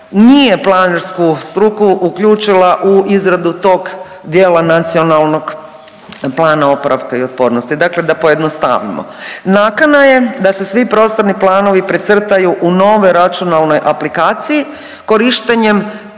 nije planersku struku uključila u izradu tog dijela Nacionalnog plana oporavka i otpornosti. Dakle, da pojednostavimo. Nakana je da se svi prostorni planovi precrtaju u novoj računalnoj aplikaciji korištenjem